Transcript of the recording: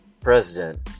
president